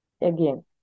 Again